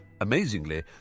Amazingly